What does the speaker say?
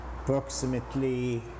approximately